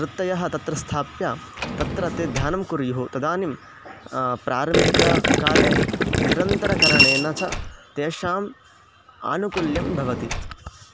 वृत्तयः तत्र स्थाप्य तत्र ते ध्यानं कुर्युः तदानीं प्रारम्भिककाले निरन्तरकरणेन च तेषाम् आनुकुल्यं भवति